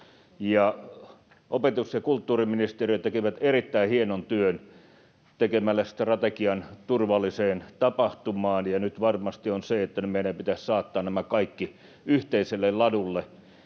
Opetus‑ ja kulttuuriministeriö teki erittäin hienon työn tekemällä strategian turvalliseen tapahtumaan, ja nyt varmasti meidän pitäisi saattaa nämä kaikki yhteiselle ladulle